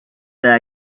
that